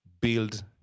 build